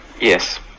Yes